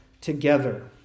together